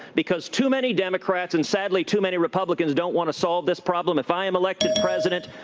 because too many democrats and, sadly, too many republicans don't want to solve this problem. if i am elected president.